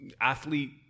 athlete